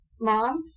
Mom